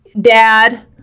dad